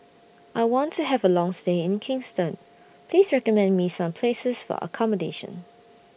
I want to Have A Long stay in Kingston Please recommend Me Some Places For accommodation